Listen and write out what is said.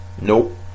nope